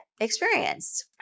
experienced